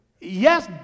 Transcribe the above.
yes